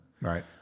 Right